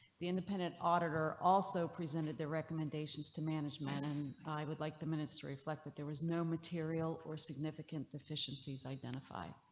independent auditor also presented their recommendations to manage man. and i would like the minutes to reflect that there was no material or significant deficiencies identify.